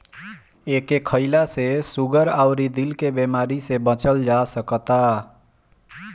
एके खईला से सुगर अउरी दिल के बेमारी से बचल जा सकता